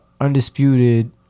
Undisputed